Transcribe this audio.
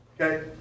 okay